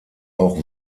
auch